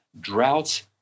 droughts